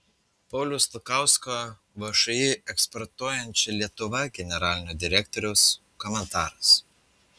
pauliaus lukausko všį eksportuojančioji lietuva generalinio direktoriaus komentaras